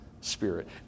Spirit